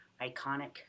iconic